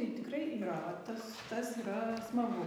tai tikrai yra tas tas yra smagu